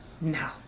No